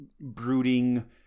brooding